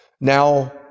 Now